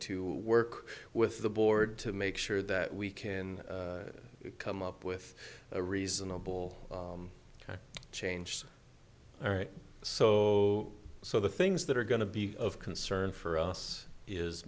to work with the board to make sure that we can come up with a reasonable change all right so so the things that are going to be of concern for us is